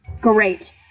Great